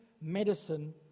medicine